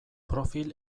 profil